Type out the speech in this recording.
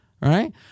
right